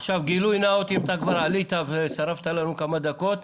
אם כבר עלית ושרפת לנו כמה דקות,